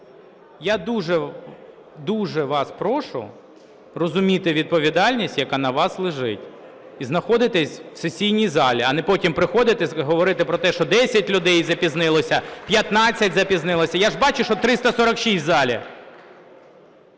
Я дуже-дуже вас прошу розуміти відповідальність, яка на вас лежить, і знаходитися в сесійній залі, а не потім приходити і говорити про те, що 10 людей запізнилося, 15 запізнилося. Я ж бачу, що 346 в залі.